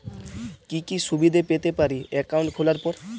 কি কি সুবিধে পেতে পারি একাউন্ট খোলার পর?